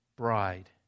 bride